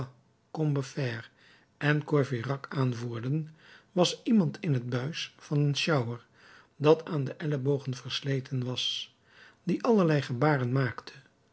combeferre en courfeyrac aanvoerden was iemand in t buis van een sjouwer dat aan de ellebogen versleten was die allerlei gebaren maakte